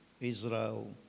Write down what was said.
Israel